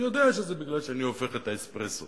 אני יודע שזה מפני שאני הופך את האספרסו